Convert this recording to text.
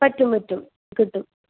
പറ്റും പറ്റും കിട്ടും